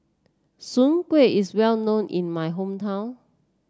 Soon Kuih is well known in my hometown